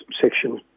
section